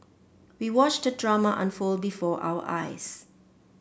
we watched the drama unfold before our eyes